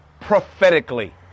prophetically